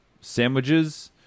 sandwiches